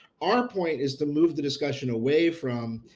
our point is to move the discussion away from,